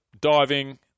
diving